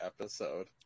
episode